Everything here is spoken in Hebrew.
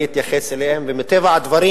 אני אתייחס אליהם, ומטבע הדברים